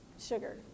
sugar